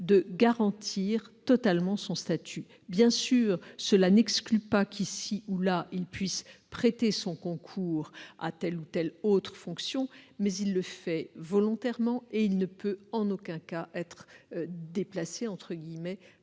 de garantir totalement son statut. Cela n'exclut pas, bien sûr, qu'ici ou là il puisse prêter son concours à telle ou telle autre fonction ; mais il le fait volontairement et il ne peut en aucun cas être « déplacé »